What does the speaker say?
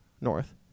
North